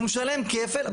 הוא משלם כפל.